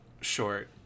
short